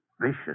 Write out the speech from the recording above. Vicious